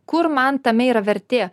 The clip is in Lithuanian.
kur man tame yra vertė